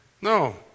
No